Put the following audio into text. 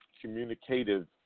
communicative